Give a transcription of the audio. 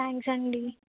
thanks అండి